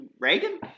Reagan